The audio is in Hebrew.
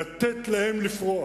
לתת להם לפרוח.